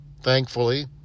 Thankfully